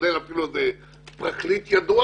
כולל אפילו איזה פרקליט ידוע